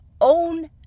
own